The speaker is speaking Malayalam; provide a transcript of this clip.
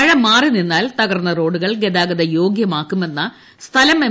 മഴ മാറിനിന്നാൽ തകർന്ന റോഡുകൾ ഗതാഗത യോഗ്യമാക്കുമെന്ന സ്ഥലം എം